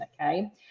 okay